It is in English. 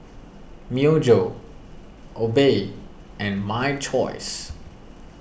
Myojo Obey and My Choice